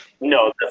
No